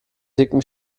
dicken